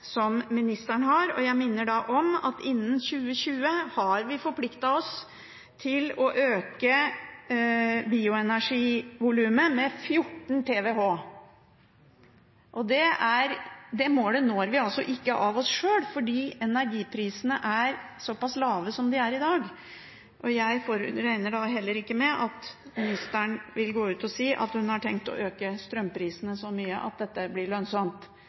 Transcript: som ministeren har – og jeg minner da om at vi har forpliktet oss til å øke bioenergivolumet med 14 TWh innen 2020. Det målet når vi ikke av oss sjøl, fordi energiprisene er såpass lave som de er i dag, og jeg regner heller ikke med at ministeren vil gå ut og si at hun har tenkt å øke strømprisene så mye at dette blir lønnsomt.